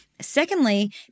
Secondly